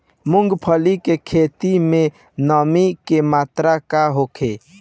मूँगफली के खेत में नमी के मात्रा का होखे?